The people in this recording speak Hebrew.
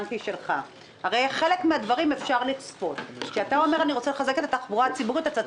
אף פעם לא העלו בצורה הזאת.